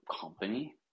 company